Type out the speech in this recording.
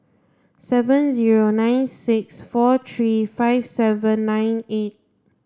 seven zero nine six four three five seven nine eight